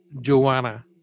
Joanna